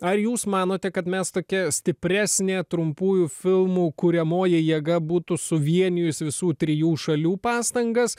ar jūs manote kad mes tokie stipresnė trumpųjų filmų kuriamoji jėga būtų suvienijus visų trijų šalių pastangas